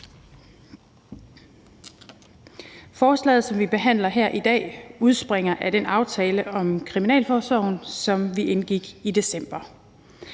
Forslaget, som vi behandler her i dag, udspringer af den aftale om kriminalforsorgen, som vi indgik i december.